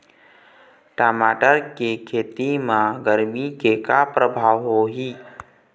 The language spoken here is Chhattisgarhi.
टमाटर के खेती म गरमी के का परभाव होही?